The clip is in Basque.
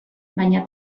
baina